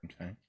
Okay